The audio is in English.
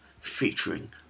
Featuring